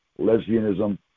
lesbianism